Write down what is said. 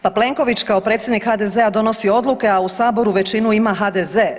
Pa Plenković kao predsjednik HDZ-a donosi odluke, a u saboru većinu ima HDZ.